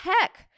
heck